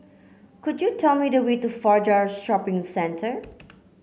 could you tell me the way to Fajar Shopping Centre